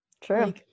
True